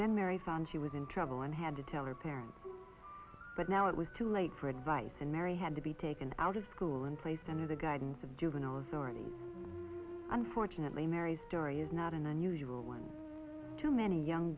then married found she was in trouble and had to tell her parents but now it was too late for advice and mary had to be taken out of school and placed under the guidance of juveniles or any unfortunately mary story is not an unusual one to many young